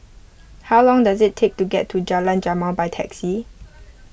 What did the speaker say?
how long does it take to get to Jalan Jamal by taxi